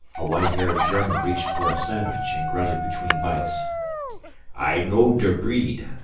a white-haired german reached for a sandwich, and grunted between bites i know der breed.